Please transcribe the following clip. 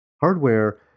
hardware